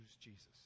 Jesus